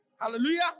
hallelujah